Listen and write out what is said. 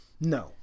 no